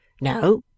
No